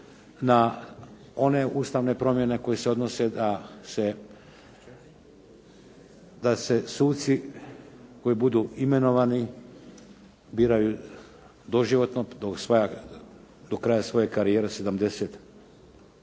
na one ustavne promjene koje se odnose da se suci koji budu imenovani biraju doživotno do kraja svoje karijere do 70.